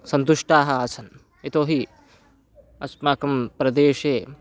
सन्तुष्टाः आसन् यतो हि अस्माकं प्रदेशे